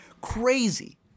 Crazy